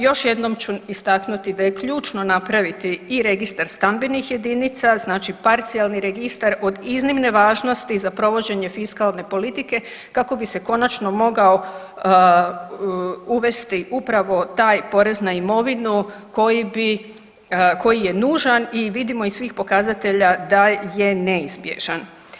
Još jednom ću istaknuti da je ključno napraviti i registar stambenih jedinica, znači parcijalni registar od iznimne važnosti za provođenje fiskalne politike kako bi se konačno mogao uvesti upravo taj porez na imovinu koji je nužan i vidimo iz svih pokazatelja da je neizbježan.